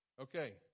okay